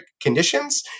conditions